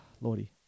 Lordy